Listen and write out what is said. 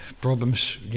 problems